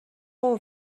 اون